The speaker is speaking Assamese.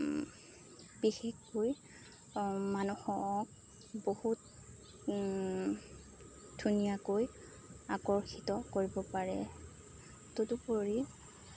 বিশেষকৈ মানুহক বহুত ধুনীয়াকৈ আকৰ্ষিত কৰিব পাৰে তদুপৰি